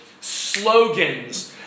slogans